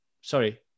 Sorry